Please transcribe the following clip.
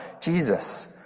Jesus